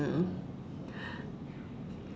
mm